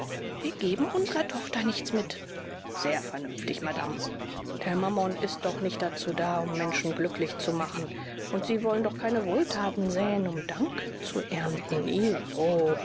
wir geben unserer tochter nichts mit sehr vernünftig madame der mammon ist doch nicht dazu da um menschen glücklich zu machen und sie wollen doch keine wohltaten säen um dank zu ernten i wo